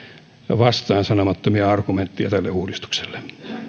vastaansanomattomia argumentteja tälle uudistukselle